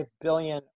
billion